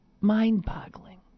mind-boggling